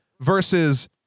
versus